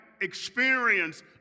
experience